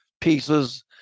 pieces